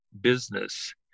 business